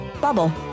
Bubble